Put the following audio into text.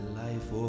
life